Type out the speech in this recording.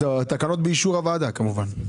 והתקנות הן באישור הוועדה, כמובן.